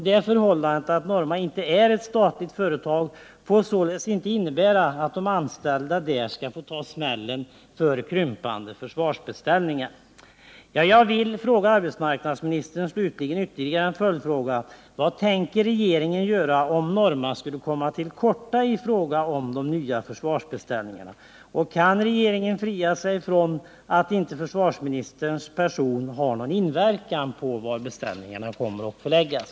Det förhållandet att Norma inte är ett statligt företag får således inte innebära att de anställda skall få ta smällen vid en krympning av försvarsbeställningarna. Slutligen vill jag ställa ytterligare ett par följdfrågor till arbetsmarknadsministern: Vad tänker regeringen göra om Norma skulle komma till korta i fråga om de nya försvarsbeställningarna? Kan regeringen garantera att försvarsministerns person inte har någon inverkan på var beställningarna kommer att placeras?